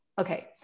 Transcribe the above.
Okay